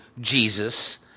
Jesus